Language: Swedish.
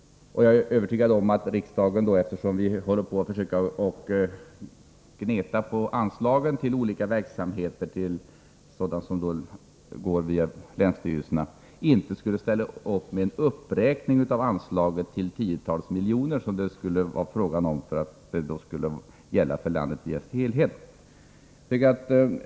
Jag är övertygad om att riksdagen, eftersom vi sparar och gnetar på anslagen till olika verksamheter inom länsstyrelsernas områden, inte skulle gå med på en uppräkning av detta anslag till tiotals miljoner, vilket det skulle vara fråga om, om systemet med medborgarvittnen skulle gälla för landet i dess helhet.